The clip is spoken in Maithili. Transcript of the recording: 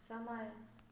समय